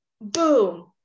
boom